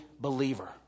believer